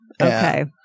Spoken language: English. okay